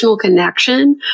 connection